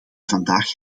vandaag